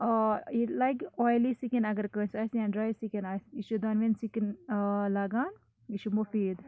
یہِ لَگہِ اگر آیلی سِکِن اگر کٲنسہِ آسہِ یا ڈَرٛاے سِکِن آسہِ یہِ چھِ دۄنوٕنۍ سِکِن لَگان یہِ چھُ مُفیٖد